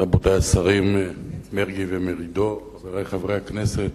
רבותי השרים מרגי ומרידור, חברי חברי הכנסת,